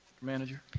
manager.